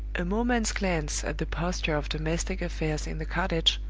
a moment's glance at the posture of domestic affairs in the cottage,